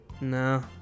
No